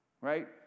right